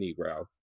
Negro